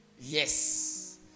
Yes